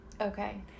Okay